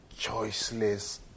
choiceless